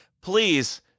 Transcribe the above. please